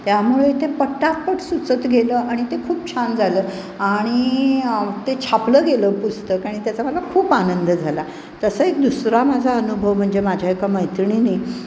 त्यामुळे ते पटापट सुचत गेलं आणि ते खूप छान झालं आणि ते छापलं गेलं पुस्तक आणि त्याचा मला खूप आनंद झाला तसं एक दुसरा माझा अनुभव म्हणजे माझ्या एका मैत्रिणीने